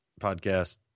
podcast